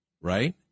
right